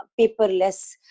paperless